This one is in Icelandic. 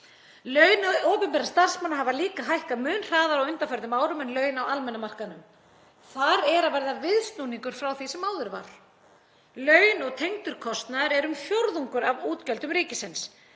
Laun opinberra starfsmanna hafa líka hækkað mun hraðar á undanförnum árum en laun á almenna markaðnum. Þar er að verða viðsnúningur frá því sem áður var. Laun og tengdur kostnaður er um fjórðungur af útgjöldum ríkisins.